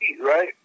right